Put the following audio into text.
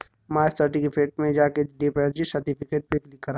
माय certificate में जाके deposit certificate पे क्लिक करा